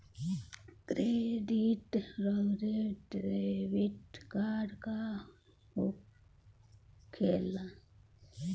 Credit आउरी debit card का होखेला?